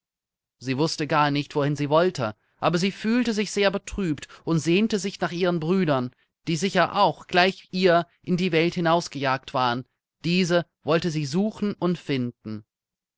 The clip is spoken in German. sie wußte gar nicht wohin sie wollte aber sie fühlte sich sehr betrübt und sehnte sich nach ihren brüdern die sicher auch gleich ihr in die welt hinaus gejagt waren diese wollte sie suchen und finden